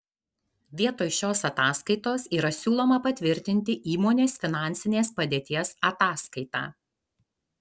vietoj šios ataskaitos yra siūloma patvirtinti įmonės finansinės padėties ataskaitą